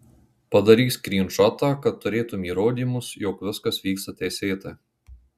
padaryk skrynšotą kad turėtum įrodymus jog viskas vyksta teisėtai